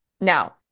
Now